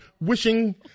Wishing